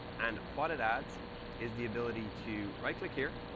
and what it adds is the ability to right click here,